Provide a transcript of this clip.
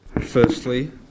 Firstly